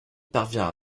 parvient